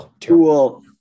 Cool